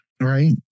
right